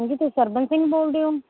ਹਾਂਜੀ ਤੁਸੀਂ ਸਰਵਣ ਸਿੰਘ ਬੋਲਦੇ ਹੋ